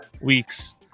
weeks